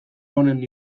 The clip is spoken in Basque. honen